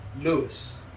Lewis